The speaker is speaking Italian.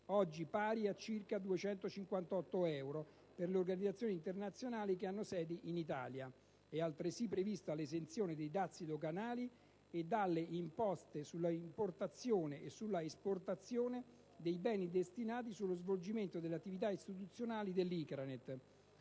(oggi pari a circa 258 euro) per le organizzazioni internazionali che hanno sede in Italia. È altresì prevista l'esenzione dai dazi doganali e dalle imposte sull'importazione e sull'esportazione dei beni destinati allo svolgimento delle attività istituzionali dell'ICRANET.